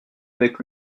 avec